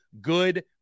good